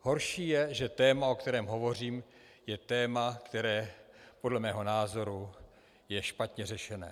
Horší je, že téma, o kterém hovořím, je téma, které podle mého názoru je špatně řešené.